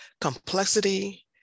complexity